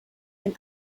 and